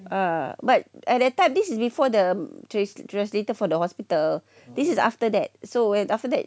uh but at that time this is before the trace translator for the hospital this is after that so when after that